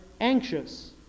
anxious